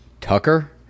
Tucker